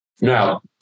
Now